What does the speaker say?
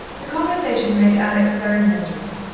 the conversation made alex very miserable.